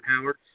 Howard